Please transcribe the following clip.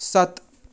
ਸੱਤ